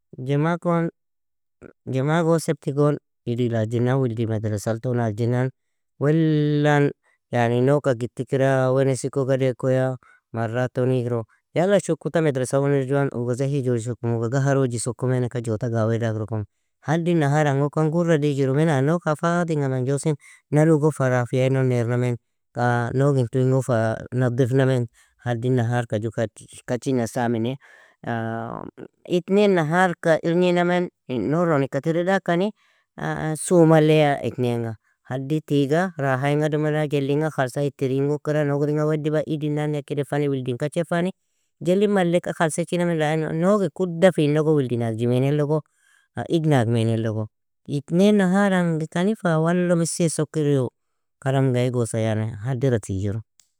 Jamaa kon_ jamaa gon, sebti gon, idi lagjina wlid madrasalton agjinan, wellan yani noug ka gitkira, wenesiko, gadeko yaa, maraton igro yala shu kuta madrasa uwanil juan, uga zahijoshkomi, uga gaharojisokomen eka, jotaga awedagrokome, haddi nahar angokan gurra dijiru mina? Noug ha fadinga menjosin, nalu gon fa afiya ino nernamen, nougin tu ingon fa nadifnamen, haddi nahar ka ju kachina samine, itnein nahar ka irgniname, nouron ika tiradakani sumaleya etninga. Haddi tiga, raha inga dumeda, jelinga khalsa, ittiri inga okira, nougr inga weddiba, idinnane kirefani, wildin kachefani, Jelni malleka khalsechiname, lano nougi kudafinogo, wildin agjimianay logo, idnagmainay logo. Itnein naharangikani fa wallo misiay sokiro karamga igosa yani haddira tijiru.